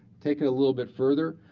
take a little bit further,